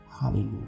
Hallelujah